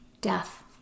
death